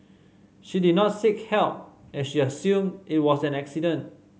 she did not seek help as she assumed it was an accident